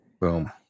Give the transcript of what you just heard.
Boom